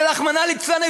ורחמנא ליצלן,